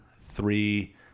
three